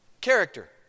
Character